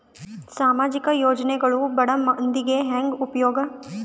ಸಾಮಾಜಿಕ ಯೋಜನೆಗಳು ಬಡ ಮಂದಿಗೆ ಹೆಂಗ್ ಉಪಯೋಗ?